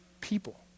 people